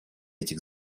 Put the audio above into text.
этих